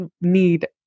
need